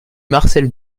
marcel